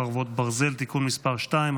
חרבות ברזל) (תיקון מס' 2),